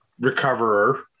recoverer